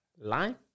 line